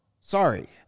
Sorry